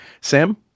Sam